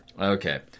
Okay